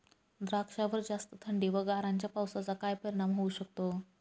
द्राक्षावर जास्त थंडी व गारांच्या पावसाचा काय परिणाम होऊ शकतो?